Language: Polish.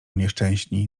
nieszczęśni